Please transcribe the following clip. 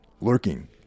Lurking